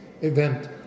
event